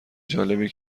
جالبی